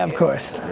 um course.